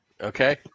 Okay